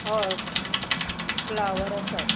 हय फ्लावर आसात